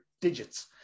digits